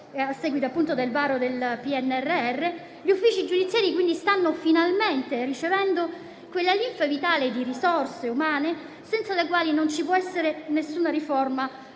a seguito del varo del PNRR, gli uffici giudiziari stanno finalmente ricevendo quella linfa vitale di risorse umane senza le quali non può esserci alcuna riforma